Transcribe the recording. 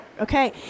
Okay